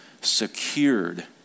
Secured